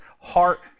Heart